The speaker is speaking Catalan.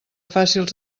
fàcils